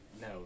no